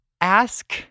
ask